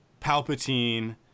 Palpatine